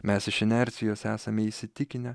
mes iš inercijos esame įsitikinę